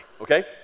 okay